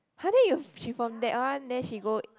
!huh! then you she from that one then she vote